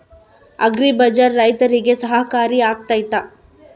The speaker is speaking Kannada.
ಅಗ್ರಿ ಬಜಾರ್ ರೈತರಿಗೆ ಸಹಕಾರಿ ಆಗ್ತೈತಾ?